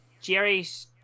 Jerry's